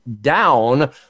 down